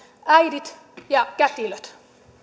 äidit ja kätilöt